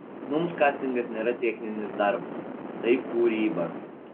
mums kastingas nėra techninis darbas tai kūryba